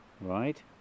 right